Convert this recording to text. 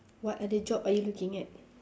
what other job are you looking at